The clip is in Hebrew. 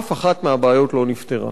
אף אחת מהבעיות לא נפתרה.